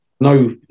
no